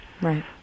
Right